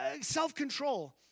Self-control